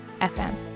FM